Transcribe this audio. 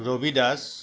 Ravi Das